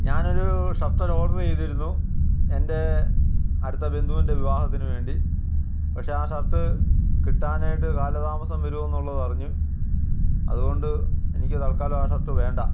ഞാനൊരു shirt order ചെയ്തിരുന്നു എന്റെ അടുത്ത ബന്ധുവിന്റെ വിവാഹത്തിനു വേണ്ടി പക്ഷെ ആ ഷർട്ട് കിട്ടാനായിട്ട് കാലതാമസം വരുമെന്നുള്ളതറിഞ്ഞു അതുകൊണ്ട് എനിക്ക് തത്ക്കാലം ആ ഷർട്ട് വേണ്ട